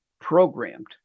programmed